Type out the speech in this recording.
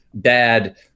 Dad